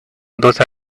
those